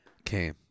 Okay